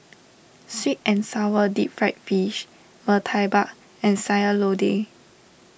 Sweet and Sour Deep Fried Fish Murtabak and Sayur Lodeh